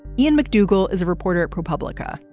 ian mcdougall is a reporter at propublica.